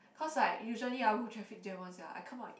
cause like usually ah traffic jam one sia I come out